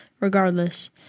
regardless